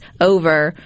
over